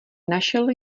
našel